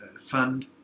Fund